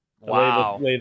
Wow